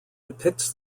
depicts